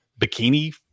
bikini